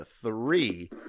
three